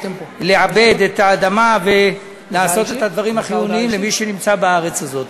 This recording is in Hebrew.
ולעבד את האדמה ולעשות את הדברים החיוניים למי שנמצא בארץ הזאת.